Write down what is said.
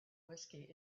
whiskey